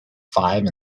five